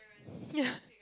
ya